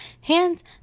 hands